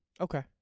Okay